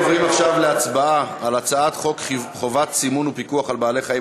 עוברים עכשיו להצבעה על הצעת חוק חובת סימון ופיקוח על בעלי-חיים,